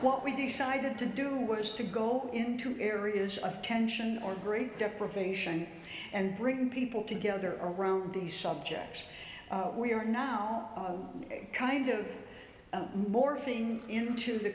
what we decided to do was to go into areas of tension or great deprivation and bring people together around these subjects we are now kind of morphing into the